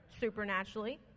supernaturally